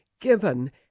given